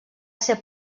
ser